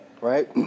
right